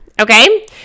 okay